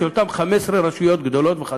של אותן 15 רשויות גדולות וחזקות.